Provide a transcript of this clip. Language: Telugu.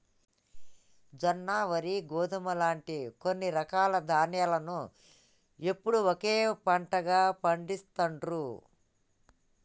జొన్న, వరి, గోధుమ లాంటి కొన్ని రకాల ధాన్యాలను ఎప్పుడూ ఒకే పంటగా పండిస్తాండ్రు